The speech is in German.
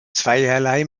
zweierlei